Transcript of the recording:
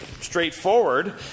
straightforward